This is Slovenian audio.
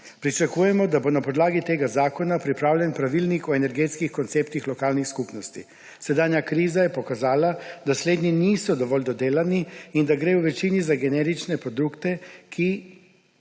Pričakujemo, da bo na podlagi tega zakona pripravljen pravilnik o energetskih konceptih lokalnih skupnosti. Sedanja kriza je pokazala, da slednji niso dovolj dodelani in da gre v večini za generične produkte, ki